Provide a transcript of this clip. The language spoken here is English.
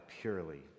purely